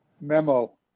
memo